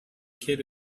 kid